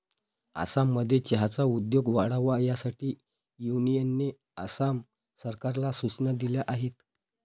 आसाममध्ये चहाचा उद्योग वाढावा यासाठी युनियनने आसाम सरकारला सूचना दिल्या आहेत